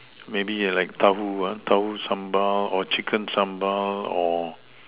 maybe like tau-Hu tau-Hu sambal or chicken sambal or